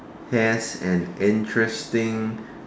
has an interesting